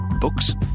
Books